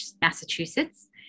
massachusetts